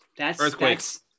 Earthquakes